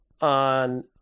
on